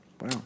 Wow